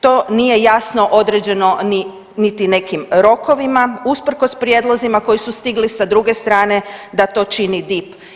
To nije jasno određeno ni, niti nekim rokovima usprkos prijedlozima koji su stigli sa druge strane da to čini DIP.